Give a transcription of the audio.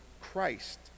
Christ